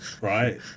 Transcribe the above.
right